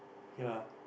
okay lah